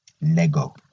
Lego